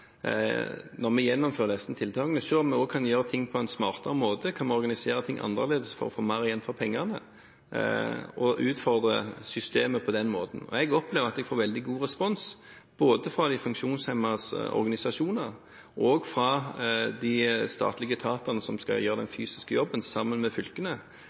når vi gjennomfører disse tiltakene, også skal se om vi kan gjøre ting på en smartere måte, om vi kan organisere ting annerledes for å få mer igjen for pengene og utfordre systemet på den måten. Jeg opplever at jeg får veldig god respons – både fra de funksjonshemmedes organisasjoner og fra de statlige etatene som skal gjøre den